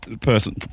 Person